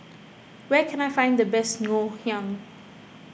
where can I find the best Ngoh Hiang